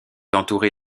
entouré